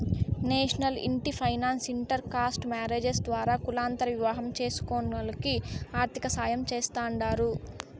national ఇంటి finance inter caste marriages ద్వారా కులాంతర వివాహం చేస్కునోల్లకి ఆర్థికసాయం చేస్తాండారు